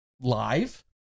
live